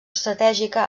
estratègica